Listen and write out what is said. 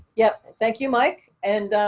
yep. thank you, mike. and,